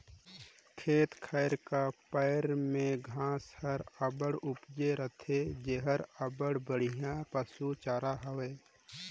खेत खाएर का पाएर में घांस हर अब्बड़ उपजे रहथे जेहर अब्बड़ बड़िहा पसु चारा हवे